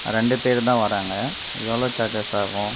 ரெண்டு பேர்தான் வர்றாங்க எவ்வளோ சார்ஜஸ் ஆகும்